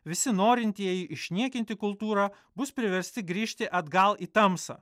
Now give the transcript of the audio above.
visi norintieji išniekinti kultūrą bus priversti grįžti atgal į tamsą